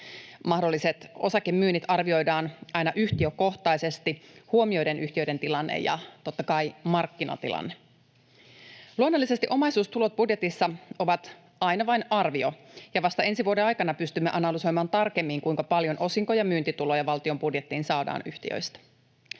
Mahdolliset osakemyynnit arvioidaan aina yhtiökohtaisesti huomioiden yhtiöiden tilanne ja totta kai markkinatilanne. Luonnollisesti omaisuustulot budjetissa ovat aina vain arvio, ja vasta ensi vuoden aikana pystymme analysoimaan tarkemmin, kuinka paljon osinko- ja myyntituloja valtion budjettiin saadaan yhtiöistä.